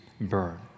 burn